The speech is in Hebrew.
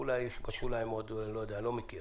אולי יש בשוליים עוד שאני לא יודע ולא מכיר